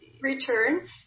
return